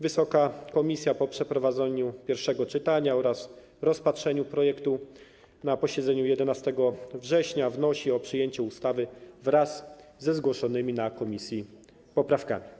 Wysoka komisja, po przeprowadzeniu pierwszego czytania oraz rozpatrzeniu projektu na posiedzeniu 11 września, wnosi o przyjęcie ustawy wraz ze zgłoszonymi poprawkami.